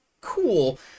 cool